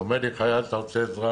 הוא אמר לי: חייל, אתה רוצה עזרה?